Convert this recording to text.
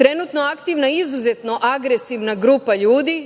trenutno aktivna izuzetno agresivna grupa ljudi